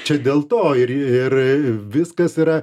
čia dėl to ir ir viskas yra